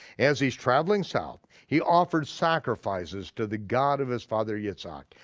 as he's traveling south, he offered sacrifices to the god of his father yitzhak,